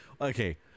Okay